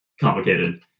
complicated